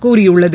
கூறியுள்ளது